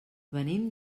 venim